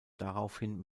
daraufhin